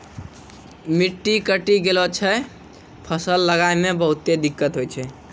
मिट्टी कटी गेला सॅ फसल लगाय मॅ बहुते दिक्कत होय छै